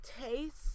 taste